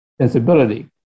sensibility